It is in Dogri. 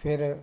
फिर